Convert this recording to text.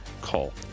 call